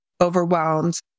overwhelmed